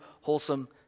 wholesome